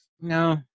no